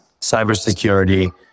cybersecurity